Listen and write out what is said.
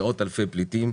מאות אלפי פליטים,